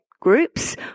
groups